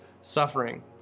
suffering